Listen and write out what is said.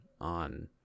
on